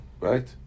right